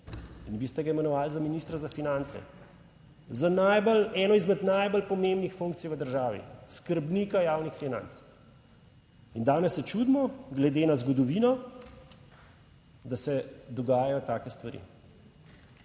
in vi ste ga imenovali za ministra za finance, za najbolj, eno izmed najbolj pomembnih funkcij v državi, skrbnika javnih financ. In danes se čudimo, glede na zgodovino, da se dogajajo take stvari.